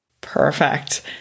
Perfect